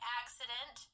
accident